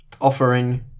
offering